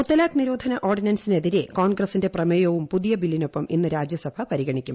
മുത്തലാഖ് നിരോധന ഓർഡിനൻസിനെതിരെ കോൺഗ്രസിന്റെ പ്രമേയവും പുതിയ ബില്ലിനൊപ്പം ഇന്ന് രാജ്യസഭ പരിഗണിക്കും